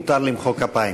מותר למחוא כפיים.